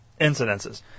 incidences